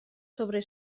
sobre